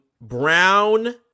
Brown